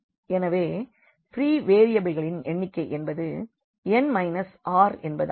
எனவே ஃப்ரீ வேரியபிள்களின் எண்ணிக்கை என்பது n r என்பதாகும்